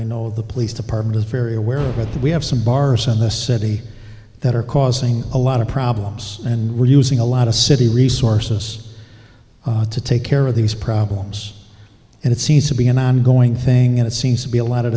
i know the police department is very aware that we have some bars in the city that are causing a lot of problems and we're using a lot of city resources to take care of these problems and it seems to be an ongoing thing and it seems to be a lot of